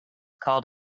called